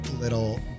little